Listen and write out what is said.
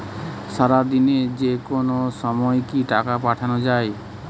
সারাদিনে যেকোনো সময় কি টাকা পাঠানো য়ায়?